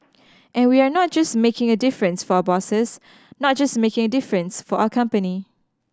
and we are not just making a difference for our bosses not just making a difference for our company